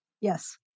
Yes